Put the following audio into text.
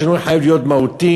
השינוי חייב להיות מהותי.